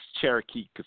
Cherokee